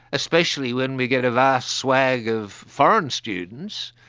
especially when we get a vast swag of foreign students,